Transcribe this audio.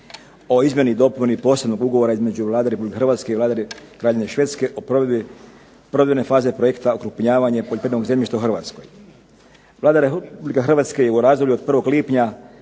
o izmjenama i dopunama Posebnog ugovora između Vlade Republike Hrvatske i Vlade Kraljevine Švedske o provedbi provedbene faze projekta "Okrupnjavanje poljoprivrednog zemljišta u Hrvatskoj". Vlada Republike Hrvatske je u razdoblju od 1. lipnja